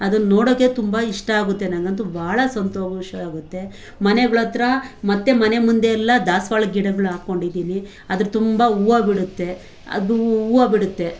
ಅದನ್ನು ನೋಡೋಕ್ಕೆ ತುಂಬಾ ಇಷ್ಟ ಆಗುತ್ತೆ ನನಗಂತೂ ಭಾಳ ಸಂತೋಷ ಆಗುತ್ತೆ ಮನೆಗಳ ಹತ್ರ ಮತ್ತು ಮನೆ ಮುಂದೆ ಎಲ್ಲ ದಾಸವಾಳ ಗಿಡಗಳು ಹಾಕ್ಕೊಂಡಿದ್ದೀನಿ ಅದರ ತುಂಬ ಹೂವು ಬಿಡುತ್ತೆ ಅದು ಹೂವು ಬಿಡುತ್ತೆ